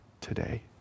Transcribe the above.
today